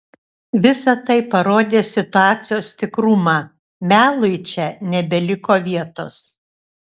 visa tai parodė situacijos tikrumą melui čia nebeliko vietos